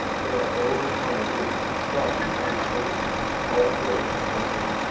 so that those upon the roof saw each other's faces, all filled with wonder.